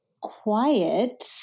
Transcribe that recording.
quiet